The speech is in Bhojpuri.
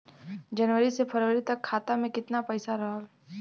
जनवरी से फरवरी तक खाता में कितना पईसा रहल?